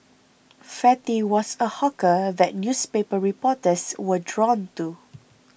fatty was a hawker that newspaper reporters were drawn to